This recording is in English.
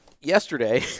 yesterday